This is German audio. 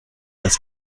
das